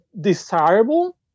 desirable